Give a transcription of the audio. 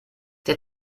der